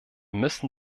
müssen